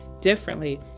differently